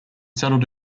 settled